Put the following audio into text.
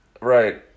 Right